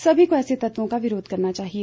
सभी को ऐसे तत्वों का विरोध करना चाहिए